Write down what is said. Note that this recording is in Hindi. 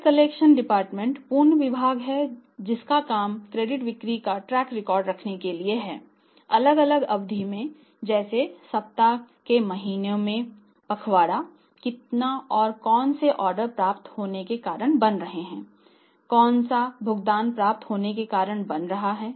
डेट कलेक्शन डिपार्टमेंट पूर्ण विभाग है जिसका काम क्रेडिट बिक्री का ट्रैक रिकॉर्ड रखने के लिए है अलग अलग अवधि जैसे सप्ताह के महीनों में पखवाड़ा कितने या कौन से ऑर्डर प्राप्त होने के कारण बन रहे हैं कौन सा भुगतान प्राप्त होने के कारण बन रहा है